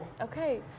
Okay